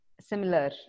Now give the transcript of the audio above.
similar